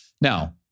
Now